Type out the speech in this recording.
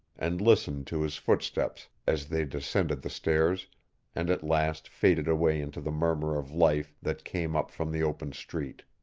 and listened to his footsteps as they descended the stairs and at last faded away into the murmur of life that came up from the open street.